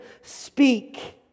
speak